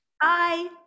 Bye